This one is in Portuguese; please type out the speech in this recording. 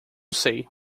sei